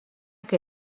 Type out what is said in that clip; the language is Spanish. que